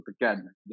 again